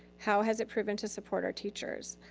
how has it proven to support our teachers?